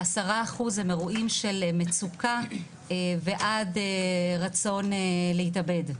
ו-10% הם אירועים של מצוקה ועד רצון להתאבד.